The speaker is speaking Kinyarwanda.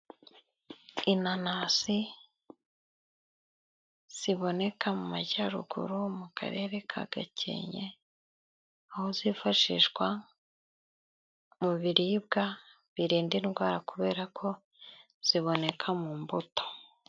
Inanasi ziboneka mu majyaruguru mu karere ka Gakenke, aho zifashishwa mu biribwa birinda indwara, kubera ko ziboneka mu mbuto.